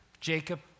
Jacob